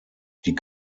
die